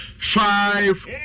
five